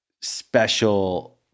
special